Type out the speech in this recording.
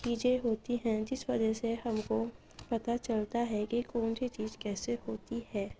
چیزیں ہوتی ہیں جس وجہ سے ہم کو پتہ چلتا ہے کہ کون سی چیز کیسے ہوتی ہے